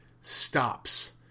stops